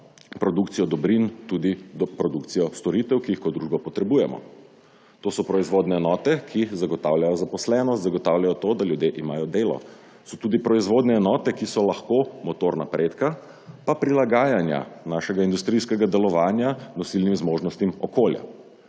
produkcijo dobrin tudi v produkcijo storitev, ki jih kot družba potrebujemo. To so proizvodne enote, ki zagotavljajo zaposlenost, zagotavljajo to, da ljudje imajo delo, so tudi proizvodne enote, ki so lahko motor napredka in prilagajanja našega industrijskega delovanja nosilnim zmožnostim okolja.